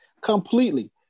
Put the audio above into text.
completely